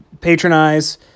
patronize